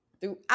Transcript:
throughout